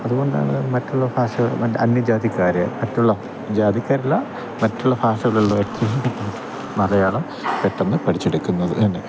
അതുകൊണ്ടാണ് മറ്റുള്ള ഭാഷ അന്യജാതിക്കാരെ മറ്റുള്ള ജാതിക്കാരല്ല മറ്റുള്ള ഭാഷകളുടെ മലയാളം പെട്ടന്ന് പഠിച്ചെടുക്കുന്നത് തന്നെ